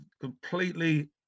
completely